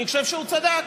אני חושב שהוא צדק.